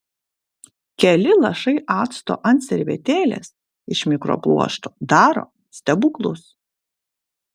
keli lašai acto ant servetėlės iš mikropluošto daro stebuklus